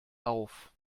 auf